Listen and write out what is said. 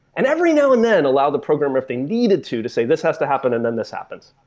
and every now and then allow the program if they needed to, to say, this has to happen and then this happens.